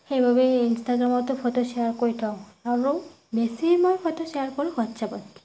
সেইবাবে ইনষ্টাগ্ৰামতো photo share কৰি থওঁ আৰু বেছি মই ফটো শ্বেয়াৰ কৰোঁ হোৱাটছ্এপত